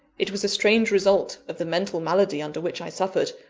it was a strange result of the mental malady under which i suffered,